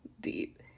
deep